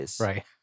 Right